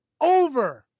Over